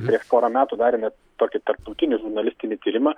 prieš porą metų darėme tokį tarptautinį žurnalistinį tyrimą